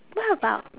what about